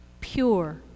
pure